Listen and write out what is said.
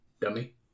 Dummy